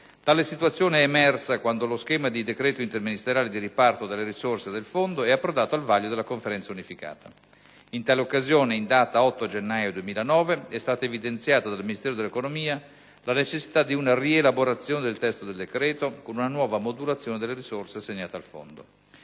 Tale situazione è emersa quando lo schema di decreto interministeriale di riparto delle risorse del Fondo è approdato al vaglio della Conferenza unificata. In tale occasione, in data 8 gennaio 2009, è stata evidenziata dal Ministero dell'economia la necessità di una rielaborazione del testo del decreto con una nuova modulazione delle risorse assegnate al Fondo.